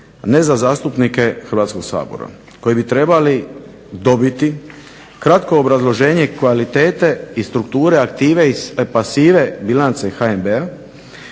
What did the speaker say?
ne za zastupnike Hrvatskog sabora koji bi trebali dobiti kratko obrazloženje kvalitete i strukture aktive i pasive bilance HNB-a,